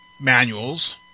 manuals